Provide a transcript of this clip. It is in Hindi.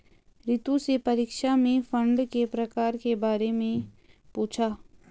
रितु से परीक्षा में फंड के प्रकार के बारे में पूछा